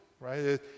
right